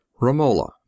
Romola